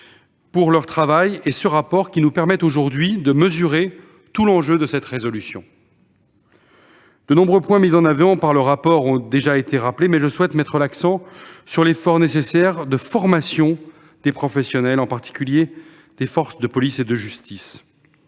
pour leur travail et ce rapport, qui nous permet aujourd'hui de mesurer tout l'enjeu de cette proposition de résolution. De nombreux points mis en avant par le rapport ont déjà été rappelés. Pour ma part, je souhaite mettre l'accent sur l'effort nécessaire de formation des professionnels, en particulier des forces de police et de justice